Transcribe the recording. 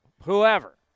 whoever